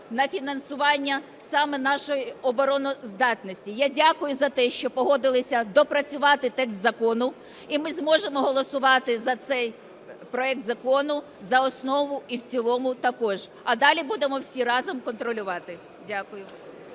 на фінансування саме нашої обороноздатності. Я дякую за те, що погодилися доопрацювати текст закону, і ми зможемо голосувати за цей проект закону за основу і в цілому також. А далі будемо всі разом контролювати. Дякую.